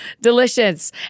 delicious